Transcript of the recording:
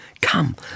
Come